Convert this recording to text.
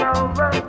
over